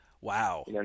wow